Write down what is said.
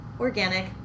organic